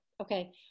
Okay